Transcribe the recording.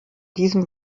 diesem